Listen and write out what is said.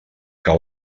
que